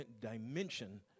dimension